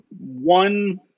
one